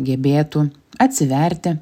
gebėtų atsiverti